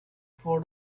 for